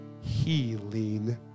Healing